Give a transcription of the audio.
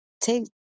Take